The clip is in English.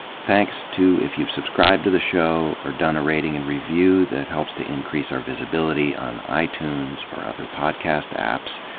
thanks, too, if you've subscribed to the show or done a rating and review that helps to increase our visibility on itunes or other podcast apps.